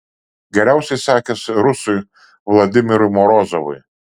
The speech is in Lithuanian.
geriausiai sekėsi rusui vladimirui morozovui